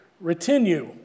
retinue